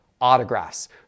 autographs